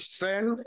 send